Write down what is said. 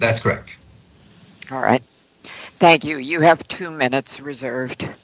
that's correct all right thank you you have two minutes reserved